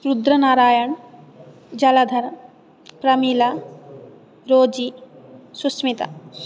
रुद्रनारायणः जलधरः प्रमीला रोसी सुस्मिता